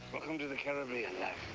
um to the caribbean, yeah